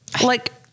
Like-